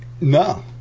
No